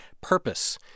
purpose